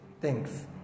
Thanks